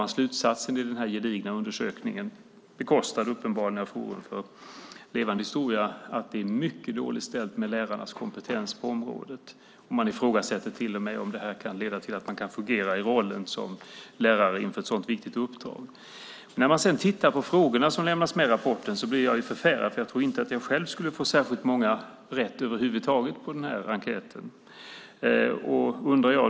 Av detta drar man i denna gedigna undersökning - bekostad uppenbarligen av Forum för levande historia - slutsatsen att det är mycket dåligt ställt med lärarnas kompetens på området, och man ifrågasätter till och med om de kan fungera i rollen som lärare inför ett så viktigt uppdrag. När jag sedan tittar på frågorna, som finns med i rapporten, blir jag förfärad, för jag tror inte att jag skulle ha svarat rätt på särskilt många av dem.